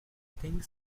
think